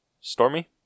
Stormy